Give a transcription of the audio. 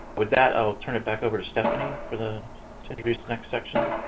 with that, i will turn it back over to stephanie for the to introduce the next section.